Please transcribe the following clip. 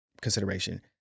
consideration